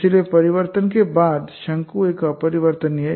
इसलिए परिवर्तन के बाद शंकु एक अपरिवर्तनीय है